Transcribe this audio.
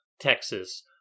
Texas